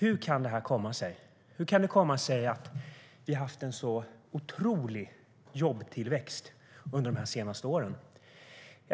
Hur kan det här komma sig? Hur kan det komma sig att vi har haft en sådan otrolig jobbtillväxt under de senaste åren?